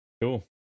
Cool